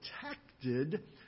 protected